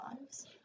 lives